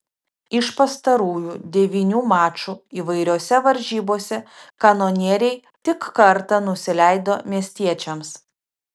iš pastarųjų devynių mačų įvairiose varžybose kanonieriai tik kartą nusileido miestiečiams